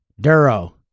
Duro